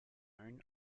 own